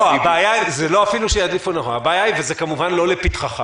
לא, זה אפילו לא שידליפו נכון וזה כמובן לא לפתחך